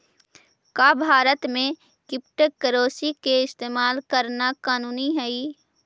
का भारत में क्रिप्टोकरेंसी के इस्तेमाल करना कानूनी हई?